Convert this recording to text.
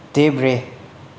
देब्रे